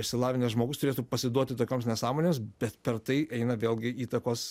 išsilavinęs žmogus turėtų pasiduoti tokioms nesąmones bet per tai eina vėlgi įtakos